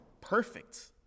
perfect